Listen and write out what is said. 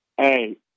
hey